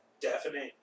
definite